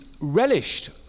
relished